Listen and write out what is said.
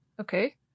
Okay